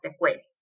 waste